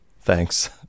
Thanks